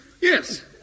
Yes